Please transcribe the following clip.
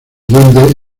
duendes